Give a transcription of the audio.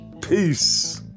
Peace